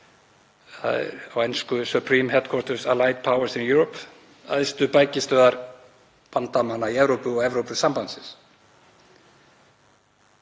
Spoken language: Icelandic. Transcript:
á ensku Supreme Headquarters Allied Powers in Europe – æðstu bækistöðvar bandamanna í Evrópu) og Evrópusambandsins.